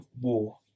war